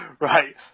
Right